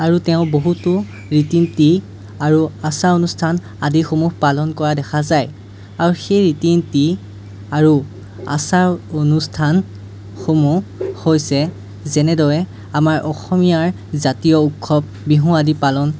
আৰু তেওঁ বহুতো ৰীতি নীতি আৰু আচাৰ অনুষ্ঠান আদিসমূহ পালন কৰা দেখা যায় আৰু সেই ৰীত নীতি আৰু আচাৰ অনুষ্ঠানসমূহ হৈছে যেনেদৰে আমাৰ অসমীয়াৰ জাতীয় উৎসৱ বিহু আদি পালন